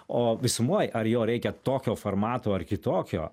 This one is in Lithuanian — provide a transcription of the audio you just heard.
o visumoj ar jo reikia tokio formato ar kitokio